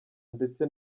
ndetse